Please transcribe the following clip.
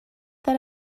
that